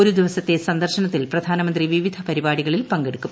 ഒരു ദിവസത്തെ സന്ദർശനത്തിൽ പ്രധാനമന്ത്രി വിവിധ പരിപാടികളിൽ പങ്കെടുക്കും